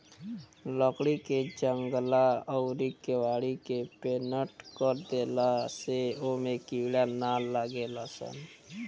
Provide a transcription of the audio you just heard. लकड़ी के जंगला अउरी केवाड़ी के पेंनट कर देला से ओमे कीड़ा ना लागेलसन